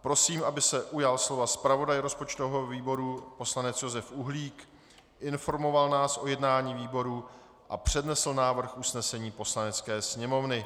Prosím, aby se ujal slova zpravodaj rozpočtového výboru poslanec Josef Uhlík, informoval nás o jednání výboru a přednesl návrh usnesení Poslanecké sněmovny.